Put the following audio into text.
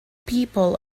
people